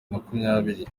makumyabiri